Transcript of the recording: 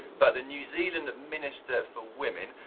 but the new zealand minister for women,